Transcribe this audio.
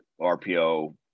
RPO